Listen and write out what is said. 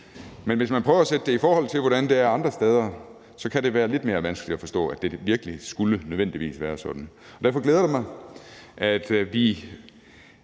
Men hvis man prøver at sætte det i forhold til, hvordan det er andre steder, kan det være lidt mere vanskeligt at forstå, at det virkelig nødvendigvis skal være sådan. For skat skal jo